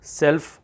self